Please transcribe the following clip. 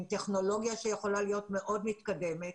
עם טכנולוגיה שיכולה להיות מאוד מתקדמת.